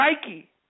Nike